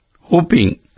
hoping